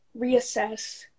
reassess